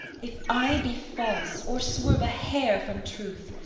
if i be false, or swerve a hair from truth,